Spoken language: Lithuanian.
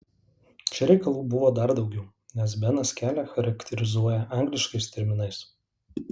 čia reikalų buvo dar daugiau nes benas kelią charakterizuoja angliškais terminais